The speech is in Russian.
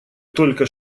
только